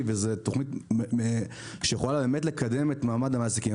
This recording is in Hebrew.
וזו תכנית שיכולה באמת לקדם את מעמד המעסיקים,